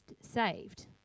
saved